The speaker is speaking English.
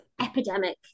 epidemic